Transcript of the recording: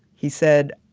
he said,